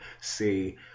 say